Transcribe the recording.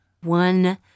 One